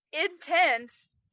intense